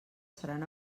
seran